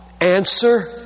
Answer